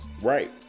Right